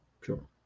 Sure